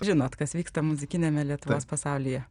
žinot kas vyksta muzikiniame lietuvos pasaulyje